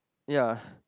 yeah